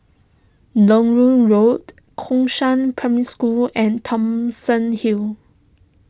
Larut Road Gongshang Primary School and Thomson Hill